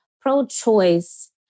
pro-choice